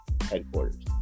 headquarters